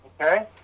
Okay